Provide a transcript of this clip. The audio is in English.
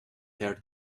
their